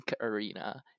Arena